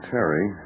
Terry